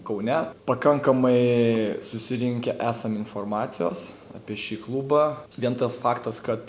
kaune pakankamai susirinkę esam informacijos apie šį klubą vien tas faktas kad